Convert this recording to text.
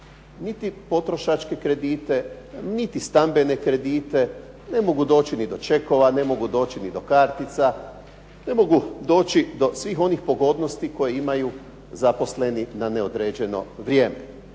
niti potrošačke kredite, niti stambene kredite, ne mogu doći ni do čekova, ne mogu doći ni do kartica, ne mogu doći do svih onih pogodnosti koji imaju zaposleni na neodređeno vrijeme.